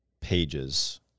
pages